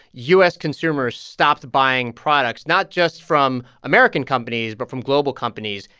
u s. consumers stopped buying products not just from american companies but from global companies,